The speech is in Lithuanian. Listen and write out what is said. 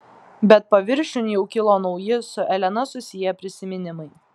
bet paviršiun jau kilo nauji su elena susiję prisiminimai